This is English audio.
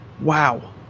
Wow